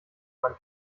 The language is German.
man